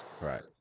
Right